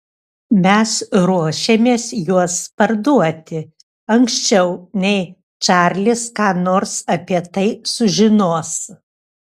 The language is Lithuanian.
mes ruošiamės juos parduoti anksčiau nei čarlis ką nors apie tai sužinos